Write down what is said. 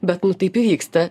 bet nu taip įvyksta